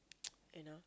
you know